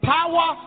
Power